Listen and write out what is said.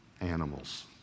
animals